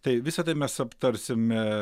tai visa tai mes aptarsime